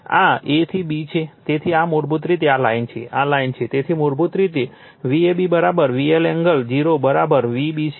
આ a થી b છે તેથી આ મૂળભૂત રીતે આ લાઈન છે આ લાઈન છે તેથી મૂળભૂત રીતે તે Vab VL એંગલ 0 Vbc છે